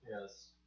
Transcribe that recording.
Yes